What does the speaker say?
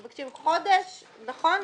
הם מבקשים חודש, נכון?